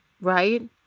right